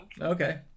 Okay